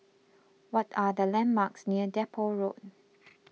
what are the landmarks near Depot Road